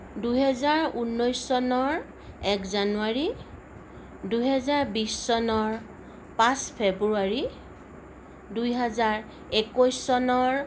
দুহেজাৰ ঊনৈছ চনৰ এক জানুৱাৰী দুহেজাৰ বিশ চনৰ পাঁচ ফেব্ৰুৱাৰী দুই হাজাৰ একৈছ চনৰ